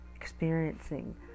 experiencing